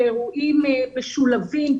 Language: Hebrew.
כאירועים משולבים,